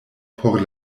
por